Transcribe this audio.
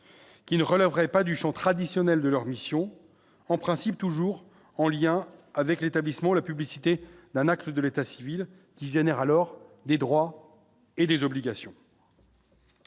qui ne relèverait pas du chant traditionnel de leur mission en principe toujours en lien avec l'établissement, la publicité d'un acte de l'état civil qui génère alors les droits et les obligations.